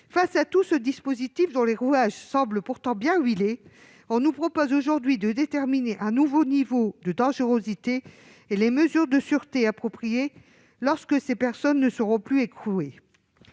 Face à tout ce dispositif, dont les rouages semblent pourtant bien huilés, on nous propose aujourd'hui de déterminer un nouveau niveau de dangerosité et les mesures de sûreté appropriées, lorsque ces personnes ne seront plus écrouées.